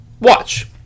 watch